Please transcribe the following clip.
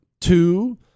Two